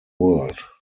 world